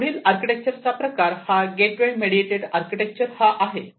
यापुढील आर्किटेक्चर चा प्रकार हा गेटवे मेडिएटेड आर्किटेक्चर हा आहे